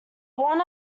born